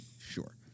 sure